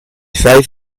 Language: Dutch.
vijf